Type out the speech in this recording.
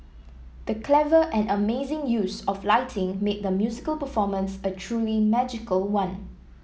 the clever and amazing use of lighting made the musical performance a truly magical one